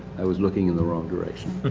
i was looking in the wrong direction.